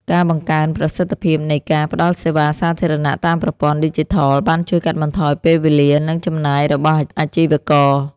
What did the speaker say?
ការបង្កើនប្រសិទ្ធភាពនៃការផ្តល់សេវាសាធារណៈតាមប្រព័ន្ធឌីជីថលបានជួយកាត់បន្ថយពេលវេលា និងចំណាយរបស់អាជីវករ។